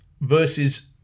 versus